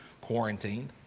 quarantined